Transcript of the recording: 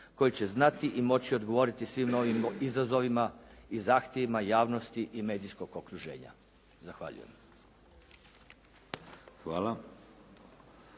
koji će znati i moći odgovoriti svim novim izazovima i zahtjevima javnosti i medijskog okruženja. Zahvaljujem.